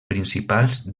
principals